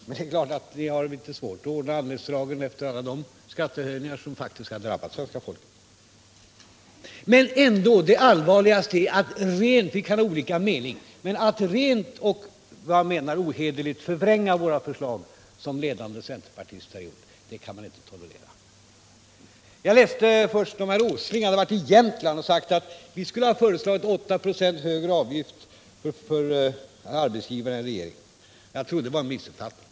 Men det är klart att ni måste ha litet svårt att ordna anletsdragen efter alla de skattehöjningar som faktiskt drabbat svenska folket. Vi kan ha olika meningar. Men det allvarligaste är att ni ohederligt förvränger våra förslag — som ledande centerpartister gjort. Det kan man inte tolerera. Jag läste först att herr Åsling varit i Jämtland och sagt att vi skulle ha föreslagit 8 96 högre avgifter för arbetsgivarna än regeringen. Jag trodde det var en missuppfattning.